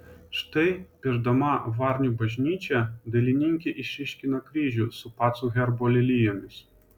štai piešdama varnių bažnyčią dailininkė išryškina kryžių su pacų herbo lelijomis